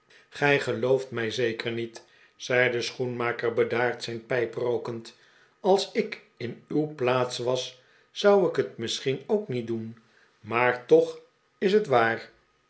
gij gelooft mij zeker niet zei de schoenmaker bedaard zijn pijp rookend als ik in uw plaats was zou ik het misschien ook niet doen maar toch is het waar